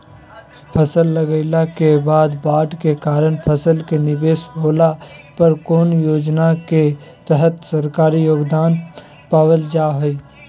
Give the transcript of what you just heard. फसल लगाईला के बाद बाढ़ के कारण फसल के निवेस होला पर कौन योजना के तहत सरकारी योगदान पाबल जा हय?